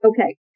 Okay